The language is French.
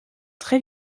très